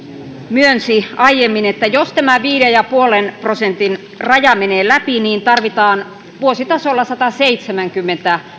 myönsi aiemmin että jos tämä viiden pilkku viiden prosentin raja menee läpi niin tarvitaan vuositasolla sataseitsemänkymmentä